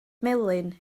melyn